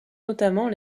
notamment